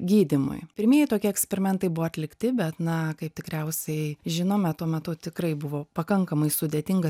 gydymui pirmieji tokie eksperimentai buvo atlikti bet na kaip tikriausiai žinome tuo metu tikrai buvo pakankamai sudėtinga